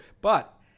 But-